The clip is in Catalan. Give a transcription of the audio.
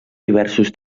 diversos